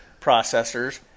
processors